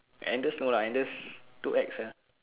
Andes no lah Andes too ex !huh!